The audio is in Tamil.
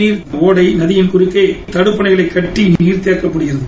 நீரோடை நதிகளில் குறுக்கே தடுப்பணைகளை கட்டி தேக்கப்படுகிறது